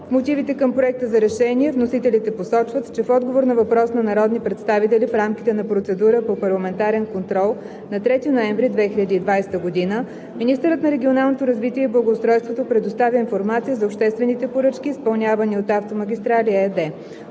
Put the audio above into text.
мотивите към Проекта за решение вносителите посочват, че в отговор на въпрос на народни представители в рамките на процедура по парламентарен контрол на 3 ноември 2020 г. министърът на регионалното развитие и благоустройството предоставя информация за обществените поръчки, изпълнявани от „Автомагистрали“ ЕАД.